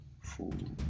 food